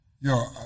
Yo